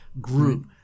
group